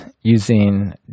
using